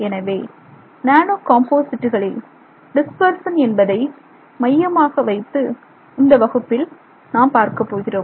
எனவே நானோ காம்போசிட்டுகளில் டிஸ்பெர்சன் என்பதை மையமாக வைத்து இந்த வகுப்பில் நாம் பார்க்கப் போகிறோம்